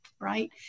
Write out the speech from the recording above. right